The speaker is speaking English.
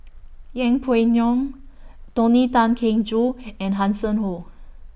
Yeng Pway Ngon Tony Tan Keng Joo and Hanson Ho